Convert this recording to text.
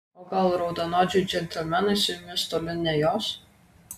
o gal raudonodžiai džentelmenai su jumis toli nejos